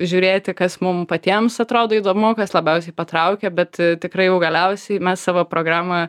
žiūrėti kas mum patiems atrodo įdomu kas labiausiai patraukia bet tikraijau galiausiai mes savo programą